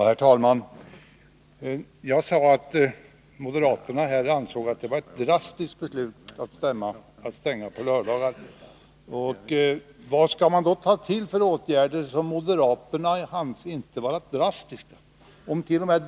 Herr talman! Jag sade att moderaterna ansåg det vara ett drastiskt beslut att stänga systembutikerna på lördagar. Vad skall man då ta till för åtgärd, som moderaterna inte anser vara drastisk?